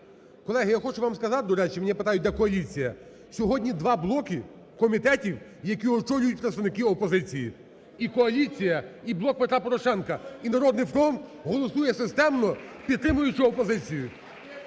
Колеги, я хочу вам сказати, до речі, у мене питають, де коаліція, сьогодні два блоки комітетів, які очолюють представники опозиції. І коаліція, і "Блок Петра Порошенка", і "Народний фронт" голосує системно, підтримуючи опозицію.